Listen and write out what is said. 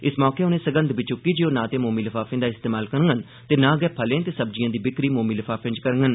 इस मौके उनें सगंध बी चुक्की ते ओह् नां ते मोमी लफाफें दा इस्तेमाल करड़न ते नां गै फलें ते सब्जिए दी बिक्री मोमी लफाफें च करङन